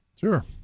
Sure